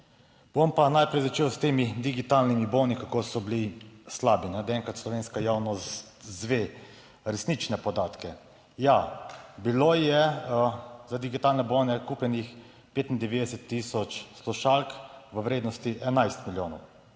Bom pa najprej začel s temi digitalnimi boni, kako so bili slabi, da enkrat slovenska javnost izve resnične podatke. Ja, bilo je za digitalne bone kupljenih 95 tisoč slušalk v vrednosti 11 milijonov,